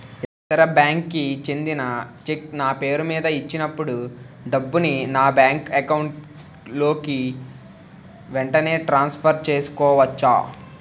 ఇతర బ్యాంక్ కి చెందిన చెక్ నా పేరుమీద ఇచ్చినప్పుడు డబ్బుని నా బ్యాంక్ అకౌంట్ లోక్ వెంటనే ట్రాన్సఫర్ చేసుకోవచ్చా?